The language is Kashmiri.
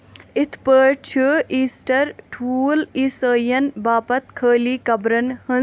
اِتھ پٲٹھۍ چھُ ایٖسٹر ٹھوٗل عیسٲیِین باپتھ خٲلی قبرن ہٕنٛز علامت